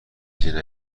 نتیجه